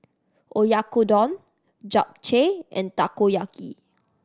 Oyakodon Japchae and Takoyaki